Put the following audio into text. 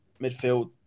midfield